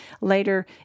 later